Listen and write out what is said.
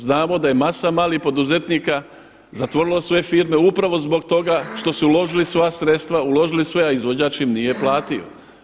Znamo da je masa malih poduzetnika zatvorilo svoje firme upravo zbog toga što su uložili svoja sredstva, uložili sve a izvođač im nije platio.